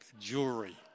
jewelry